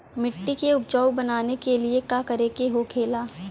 मिट्टी के उपजाऊ बनाने के लिए का करके होखेला?